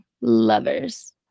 lovers